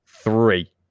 three